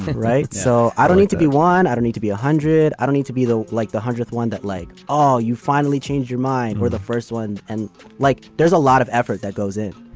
right? so i don't need to be one. i don't need to be one hundred. i don't need to be the like the hundredth one that like all, you finally change your mind or the first one. and like, there's a lot of effort that goes in.